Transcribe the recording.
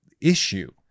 issue